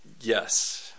Yes